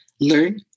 learn